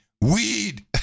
weed